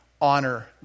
honor